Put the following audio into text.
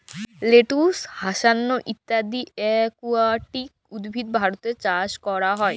lettuce, hyacinth ইত্যদি aquatic উদ্ভিদ ভারতে চাস ক্যরা হ্যয়ে